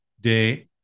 day